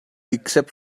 except